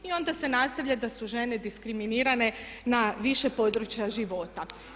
I onda se nastavlja da su žene diskriminirane na više područja života.